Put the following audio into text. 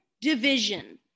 division